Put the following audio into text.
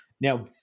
Now